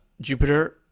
Jupiter